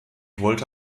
wollte